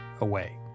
away